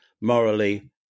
morally